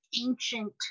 ancient